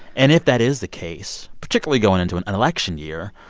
and if that is the case, particularly going into an an election year,